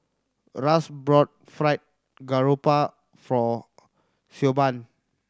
Ras bought Fried Garoupa for Siobhan